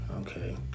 Okay